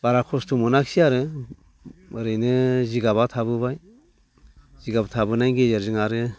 बारा खस्थ' मोनखिसै आरो ओरैनो जिगाबा थाबोबाय जिगाब थाबोनायनि गेजेरजों आरो